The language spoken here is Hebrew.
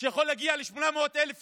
שיכול להגיע ל-800,000 שקל.